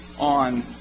on